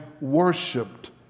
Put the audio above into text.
worshipped